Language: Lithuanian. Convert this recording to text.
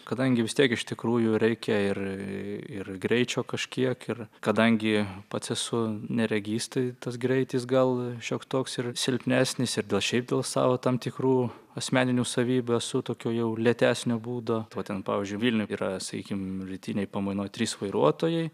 kadangi vis tiek iš tikrųjų reikia ir greičio kažkiek ir kadangi pats esu neregys tai tas greitis gal šioks toks ir silpnesnis ir dėl šiaip dėl savo tam tikrų asmeninių savybių esu tokiu jau lėtesnio būdo ten pavyzdžiui vilniuj yra sakykim rytinėj pamainoj trys vairuotojai